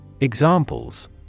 Examples